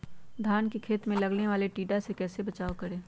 धान के खेत मे लगने वाले टिड्डा से कैसे बचाओ करें?